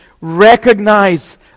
Recognize